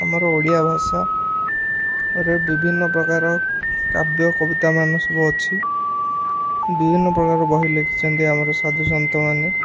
ଆମର ଓଡ଼ିଆ ଭାଷାରେ ବିଭିନ୍ନ ପ୍ରକାର କାବ୍ୟ କବିତାମାନ ସବୁ ଅଛି ବିଭିନ୍ନ ପ୍ରକାର ବହି ଲେଖିଛନ୍ତି ଆମର ସାଧୁସନ୍ତମାନେ